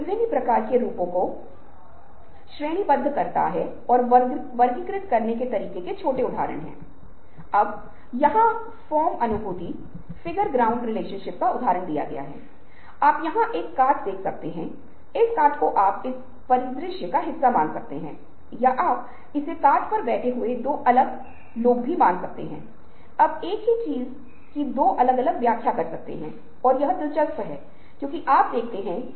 जीभ क्लीनर का उपयोग बच्चे द्वारा किया जा सकता है इसका उपयोग जीभ की सफाई के लिए किया जाता है लकीन बच्चे जीभ क्लीनर की मदद से एक सी लिख सकते हैं